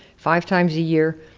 five times a year,